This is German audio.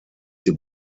die